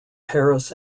paris